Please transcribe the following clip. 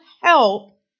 help